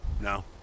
No